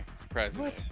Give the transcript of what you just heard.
Surprisingly